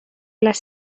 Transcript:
les